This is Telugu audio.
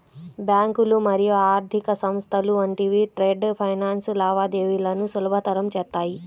బ్యాంకులు మరియు ఆర్థిక సంస్థలు వంటివి ట్రేడ్ ఫైనాన్స్ లావాదేవీలను సులభతరం చేత్తాయి